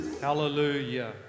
hallelujah